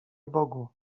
bogu